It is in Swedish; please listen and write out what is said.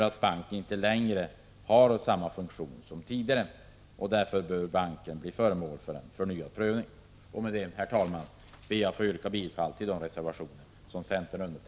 Utbudet av olika finansieringstjänster på marknaden har utvecklats snabbt